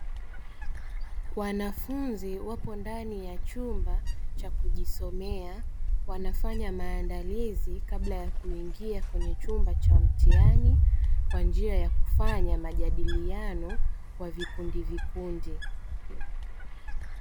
Wanafunzi wapo ndani ya chumba cha kujisomea. Wanafanya maandalizi kabla ya kuingia kwenye chumba cha mtihani kwa njia ya kufanya majadiliano kwa vikundi vikundi.